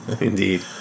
Indeed